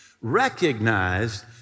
recognized